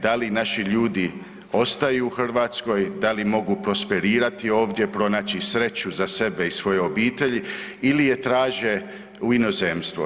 Da li naši ljudi ostaju u Hrvatskoj, da li mogu prosperirati ovdje, pronaći sreću za sebe i svoju obitelj ili je traže u inozemstvo.